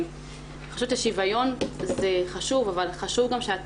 ואני חושבת שהשוויון הוא חשוב אבל חשוב גם שאת